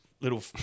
little